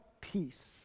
peace